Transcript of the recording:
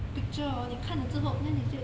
picture hor 你看了之后 then 你就